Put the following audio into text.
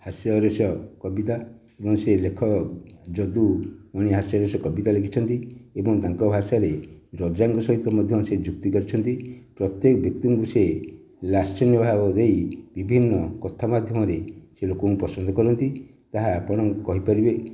ହାସ୍ୟରସ କବିତା ଏବଂ ସେ ଲେଖକ ଯଦୁ ସେ କବିତା ଲେଖିଛନ୍ତି ଏବଂ ତାଙ୍କ ଭାଷାରେ ରାଜାଙ୍କ ସହିତ ମଧ୍ୟ ସେ ଯୁକ୍ତି କରିଛନ୍ତି ପ୍ରତ୍ୟକ ଙ୍କୁ ସେ ଲାସ୍ୟ ଭାବ ଦେଇ ବିଭିନ୍ନ କଥା ମାଧ୍ୟମରେ ସେ ଲୋକଙ୍କୁ ପସନ୍ଦ କରନ୍ତି ତାହା ଆପଣଙ୍କୁ କହିପାରିବେ